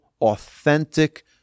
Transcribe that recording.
authentic